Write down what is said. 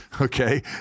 Okay